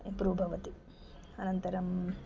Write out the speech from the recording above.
improve भवति अनन्तरम्